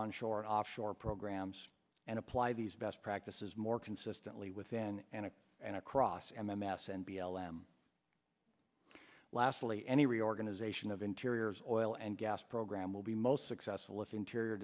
onshore and offshore programs and apply these best practices more consistently within and in and across m m s and b l m lastly any reorganization of interiors oil and gas program will be most successful if interior